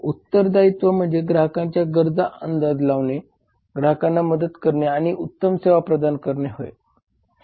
उत्तरदायित्व म्हणजे ग्राहकांच्या गरजांचा अंदाज लावणे ग्राहकांना मदत करणे आणि उत्तम सेवा प्रदान करणे होय